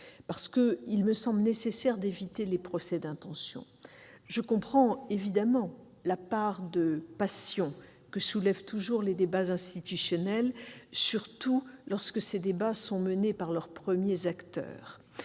texte lui-même et éviter les procès d'intention. Je comprends, évidemment, la part de passion que soulèvent toujours les débats institutionnels, surtout lorsque ces débats sont menés par les premiers acteurs